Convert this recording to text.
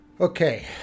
Okay